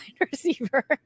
receiver